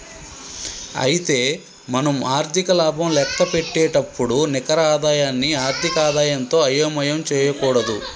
అయితే మనం ఆర్థిక లాభం లెక్కపెట్టేటప్పుడు నికర ఆదాయాన్ని ఆర్థిక ఆదాయంతో అయోమయం చేయకూడదు